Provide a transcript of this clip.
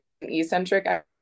eccentric